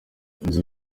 inzu